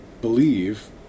believe